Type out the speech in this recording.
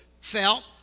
felt